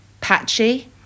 patchy